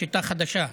שיטה חדשה,